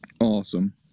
awesome